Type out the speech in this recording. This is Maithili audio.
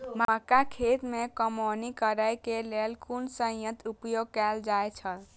मक्का खेत में कमौनी करेय केय लेल कुन संयंत्र उपयोग कैल जाए छल?